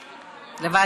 נתקבלה.